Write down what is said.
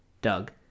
doug